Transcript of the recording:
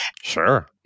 Sure